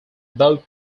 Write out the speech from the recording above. both